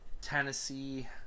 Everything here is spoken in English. Tennessee